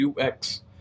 UX